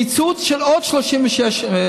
קיצוץ של עוד 36 תקנים,